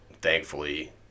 thankfully